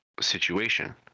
situation